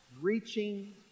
reaching